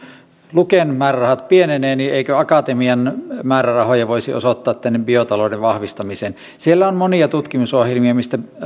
luken määrärahat pienenevät niin eikö akatemian määrärahoja voisi osoittaa tähän biotalouden vahvistamiseen siellä on monia tutkimusohjelmia mistä